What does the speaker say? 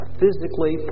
physically